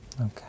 Okay